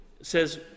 says